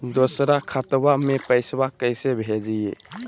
दोसर खतबा में पैसबा कैसे भेजिए?